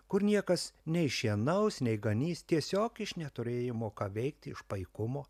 kur niekas nei šienaus nei ganys tiesiog iš neturėjimo ką veikti iš paikumo